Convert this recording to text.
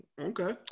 okay